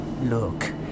look